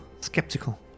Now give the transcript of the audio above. skeptical